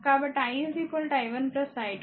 కాబట్టి i i1 i2